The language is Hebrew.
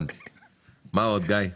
גיא,